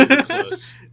close